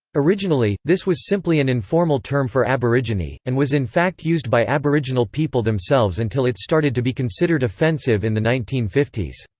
originally, this was simply an informal term for aborigine, and was in fact used by aboriginal people themselves until it started to be considered offensive in the nineteen fifty s.